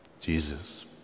Jesus